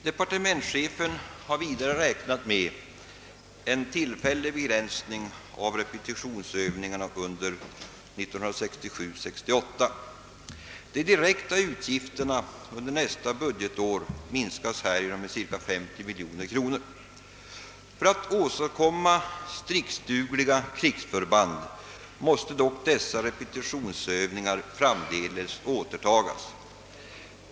Departementschefen har vidare räknat med en tillfäl lig begränsning av repetitionsövningarna under 1967/68. De direkta utgifterna under nästa budgetår minskas härigenom med cirka 50 miljoner kronor. För att man skall kunna åstadkomma stridsdugliga krigsförband måste dock dessa repetitionsövningar framdeles återtagas.